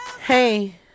Hey